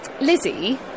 Lizzie